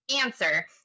answer